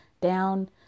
down